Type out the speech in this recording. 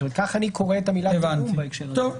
כך אני קורא את המילה "תיאום" בהקשר הזה.